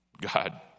God